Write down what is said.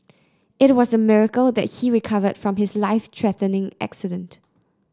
it was a miracle that he recovered from his life threatening accident